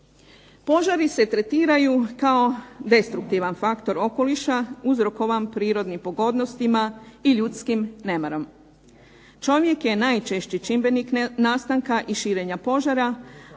požari se tretiraju kao destruktivan faktor okoliša uzrokovan prirodnim pogodnostima i ljudskim nemarom. Čovjek je najčešći čimbenik nastanka i širenja požara